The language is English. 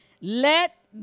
Let